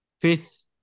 Fifth